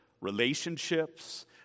relationships